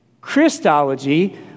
Christology